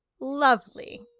lovely